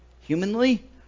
humanly